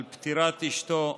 על פטירת אשתו,